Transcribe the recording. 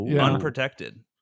unprotected